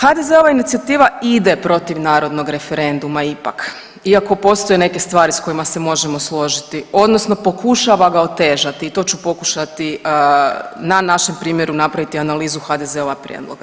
HDZ-ova inicijativa ide protiv narodnog referenduma ipak iako postoje neke stvari s kojima se možemo složiti odnosno pokušava ga otežati i to ću pokušati na našem primjeru napraviti analizu HDZ-ova prijedloga.